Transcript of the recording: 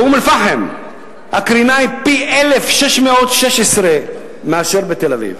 באום-אל-פחם הקרינה היא פי-1,616 מאשר בתל-אביב.